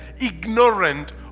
ignorant